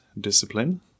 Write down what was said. discipline